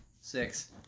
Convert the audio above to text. Six